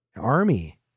army